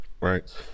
Right